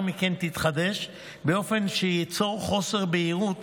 מכן תתחדש באופן שייצור חוסר בהירות